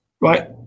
right